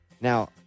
Now